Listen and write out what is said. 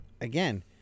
again